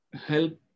help